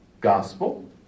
gospel